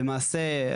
למעשה,